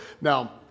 Now